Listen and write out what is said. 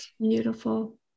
beautiful